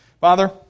Father